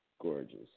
gorgeous